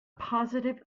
positive